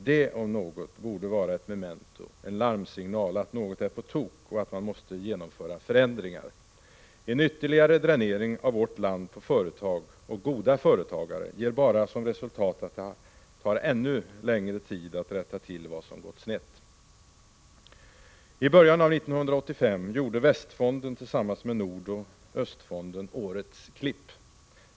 Det om något borde vara ett memento, en larmsignal om att något är på tok och att man måste genomföra förändringar. En ytterligare dränering av vårt land på företag och goda företagare ger bara som resultat att det tar ännu längre tid att rätta till vad som gått snett. Ibörjan av 1985 gjorde Västfonden tillsammans med Nordoch Östfonden ”årets klipp”.